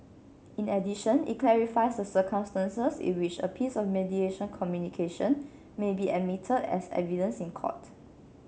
in addition it clarifies the circumstances in which a piece of mediation communication may be admitted as evidence in court